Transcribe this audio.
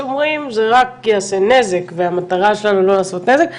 אומרים זה רק יעשה נזק והמטרה שלנו לא לעשות נזק,